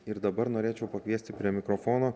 ir dabar norėčiau pakviesti prie mikrofono